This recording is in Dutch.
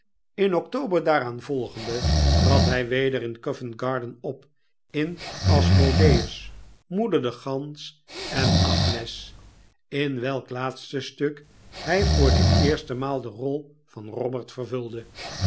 in october daaraanvolgende trad hij weder in covent-garden op in asmodeus moeder de gans en agnes in welk laatste stuk hij voor de eerste maal de rol van robert vervulde